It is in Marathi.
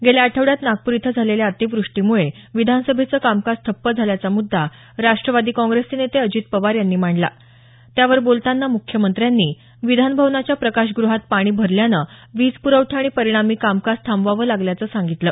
गेल्या आठवड्यात नागपूर इथं झालेल्या अतिव्रष्टीमुळे विधानसभेचं कामकाज ठप्प झाल्याचा मुद्दा राष्ट्रवादी काँग्रेसचे नेते अजित पवार यांनी मांडला त्यावर बोलताना मुख्यमंत्र्यांनी विधान भवनाच्या प्रकाशग्रहात पाणी भरल्यानं वीज प्रवठा आणि परिणामी कामकाज थांबवावं लागल्याचं सांगितलं